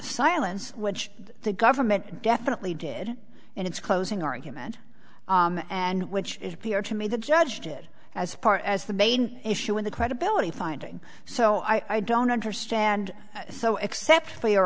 silence which the government definitely did in its closing argument and which it appeared to me the judge did as far as the main issue in the credibility finding so i don't understand so except for your